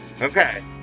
Okay